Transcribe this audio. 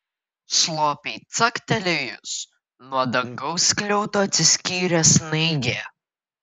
slopiai caktelėjus nuo dangaus skliauto atsiskyrė snaigė